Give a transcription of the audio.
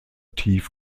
tief